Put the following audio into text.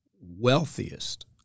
wealthiest